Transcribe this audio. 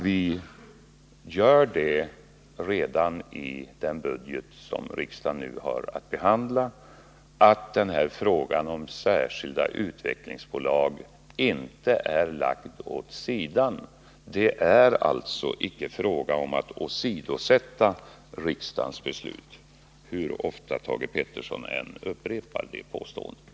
Vi gör det redan i den budget som riksdagen nu har att behandla, och frågan om särskilda utvecklingsbolag är inte lagd åt sidan. Det är alltså icke fråga om att åsidosätta riksdagens beslut — hur ofta Thage Peterson än upprepar det påståendet.